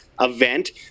event